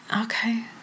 okay